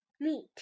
meat